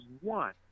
one